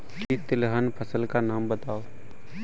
किसी तिलहन फसल का नाम बताओ